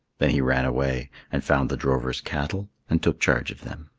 then he ran away and found the drover's cattle and took charge of them.